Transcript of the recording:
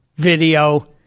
video